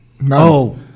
no